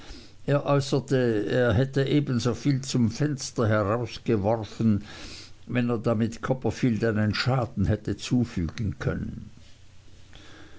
er hätte ebensoviel zum fenster herausgeworfen wenn er damit copperfield einen schaden hätte zufügen können